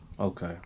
Okay